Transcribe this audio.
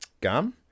gum